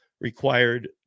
required